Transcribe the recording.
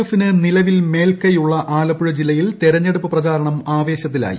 എഫിന് നിലവിൽ മേൽക്കൈയുള്ള ആലപ്പുഴ ജില്ലയിൽ തെരഞ്ഞെടുപ്പ് പ്രചാരണം ആവേശത്തിലായി